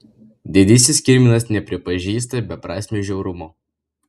didysis kirminas nepripažįsta beprasmio žiaurumo